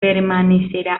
permanecerá